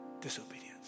disobedience